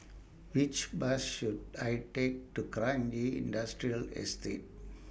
Which Bus should I Take to Kranji Industrial Estate